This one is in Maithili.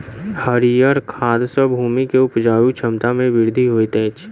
हरीयर खाद सॅ भूमि के उपजाऊ क्षमता में वृद्धि होइत अछि